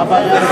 יש לך שם?